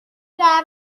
وقت